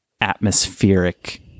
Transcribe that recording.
atmospheric